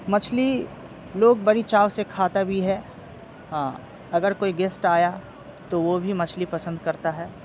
مچھلی لوگ بڑی چاؤ سے کھاتا بھی ہے ہاں اگر کوئی گیسٹ آیا تو وہ بھی مچھلی پسند کرتا ہے